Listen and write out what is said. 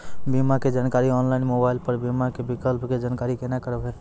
बीमा के जानकारी ऑनलाइन मोबाइल पर बीमा के विकल्प के जानकारी केना करभै?